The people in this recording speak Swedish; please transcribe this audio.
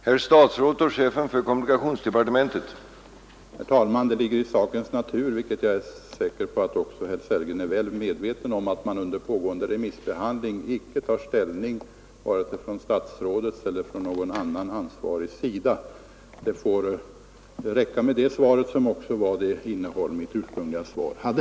Herr talman! Det ligger i sakens natur — vilket jag är säker på att också herr Sellgren är väl medveten om — att man under pågående remissbehandling icke tar ställning vare sig från statsrådets eller från någon annan ansvarigs sida. Det får räcka med det svaret, som också var det innehåll mitt ursprungliga svar hade.